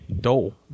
Dole